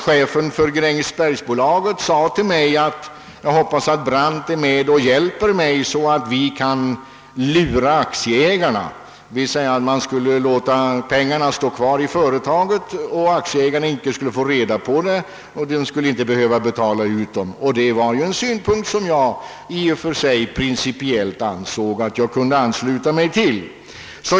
Chefen för Grängesbergsbolaget sade då till mig: »Jag hoppas att Brandt är med och hjälper mig, så att vi kan lura aktieägarna.» Man skulle alltså låta pengarna stå kvar i företaget; aktieägarna skulle inte få kännedom om den saken och företaget därför inte behöva betala ut pengarna. Det var en synpunkt som jag principiellt ansåg att jag kunde ansluta mig till.